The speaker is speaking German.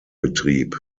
betrieb